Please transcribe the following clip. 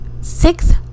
six